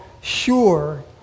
sure